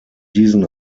diesen